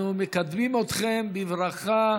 אנחנו מקדמים אתכם בברכה.